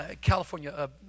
California